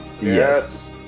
yes